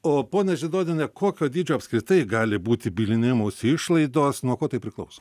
o ponia židoniene kokio dydžio apskritai gali būti bylinėjimosi išlaidos nuo ko tai priklauso